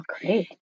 Great